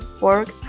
work